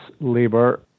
labour